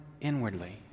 inwardly